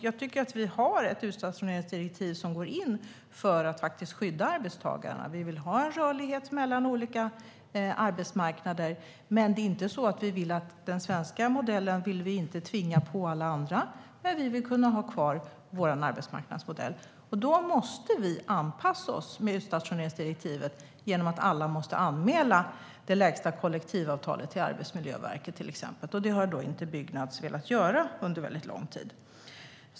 Jag tycker att vi har ett utstationeringsdirektiv som går in för att skydda arbetstagarna. Vi vill ha rörlighet mellan olika arbetsmarknader. Den svenska modellen vill vi inte tvinga på alla andra, men vi vill kunna ha kvar vår arbetsmarknadsmodell. Då måste vi anpassa oss till utstationeringsdirektivet genom att alla måste anmäla det lägsta kollektivavtalet till Arbetsmiljöverket. Det har Byggnads inte velat göra under väldigt lång tid.